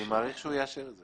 אני מעריך שהוא יאשר את זה.